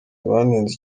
banenze